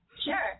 Sure